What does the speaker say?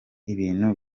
ibintu